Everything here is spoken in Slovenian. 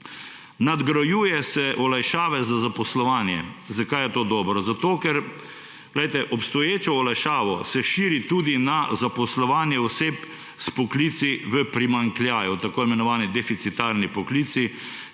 Nadgrajuje se olajšave za zaposlovanje. Zakaj je to dobro? Zato ker se obstoječo olajšavo širi tudi na zaposlovanje oseb s poklici v primanjkljaju, tako imenovane deficitarne poklice,